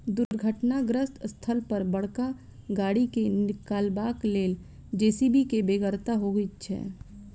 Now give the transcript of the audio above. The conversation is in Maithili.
दुर्घटनाग्रस्त स्थल पर बड़का गाड़ी के निकालबाक लेल जे.सी.बी के बेगरता होइत छै